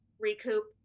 recoup